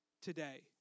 today